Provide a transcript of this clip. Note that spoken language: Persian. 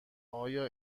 آیا